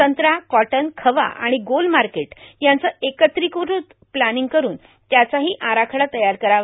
संत्रा कॉटन खवा आणि गोल मार्केट यांचं एकत्रिकृत प्लानिंग करून त्याचाही अराखडा तयार करावा